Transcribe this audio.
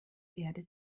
erde